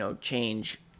change